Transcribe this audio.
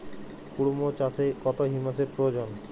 কুড়মো চাষে কত হিউমাসের প্রয়োজন?